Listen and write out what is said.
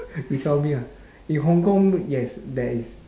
you tell me ah in hong kong yes there is